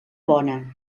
bona